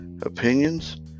opinions